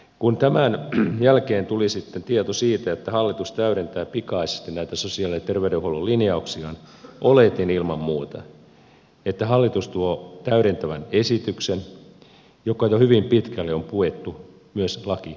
kun tämän jälkeen tuli sitten tieto siitä että hallitus täydentää pikaisesti näitä sosiaali ja terveydenhuollon linjauksiaan oletin ilman muuta että hallitus tuo täydentävän esityksen joka jo hyvin pitkälle on puettu myös lakipykäliksi